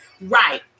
Right